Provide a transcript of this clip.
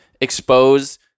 expose